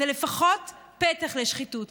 זה לפחות פתח לשחיתות,